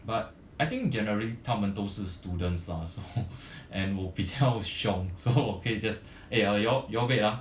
but I think generally 他们都是 students lah so and 我比较凶 so 我可以 just eh you all you all wait ah